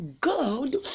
God